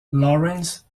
lawrence